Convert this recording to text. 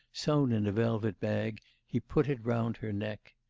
sewn in a velvet bag, he put it round her neck.